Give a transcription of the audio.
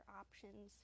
options